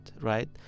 right